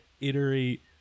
iterate